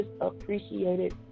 appreciated